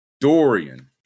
Dorian